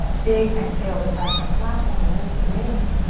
big exhale to press up, last one, only three, inhale.